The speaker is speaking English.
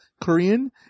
Korean